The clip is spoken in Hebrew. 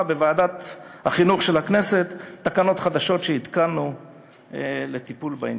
בוועדת החינוך של הכנסת תקנות חדשות שהתקנו לטיפול בעניין.